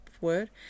word